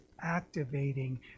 activating